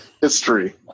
History